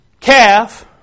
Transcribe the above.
calf